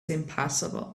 impassable